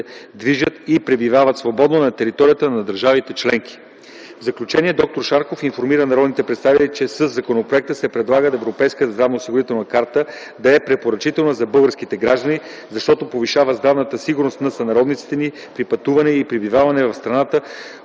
движат и пребивават свободно на територията на държавите членки. В заключение д-р Шарков информира народните представители, че със законопроекта се предлага Европейската здравноосигурителна карта да е препоръчителна за българските граждани, защото повишава здравната сигурност на сънародниците ни при пътуване и пребиваване в страни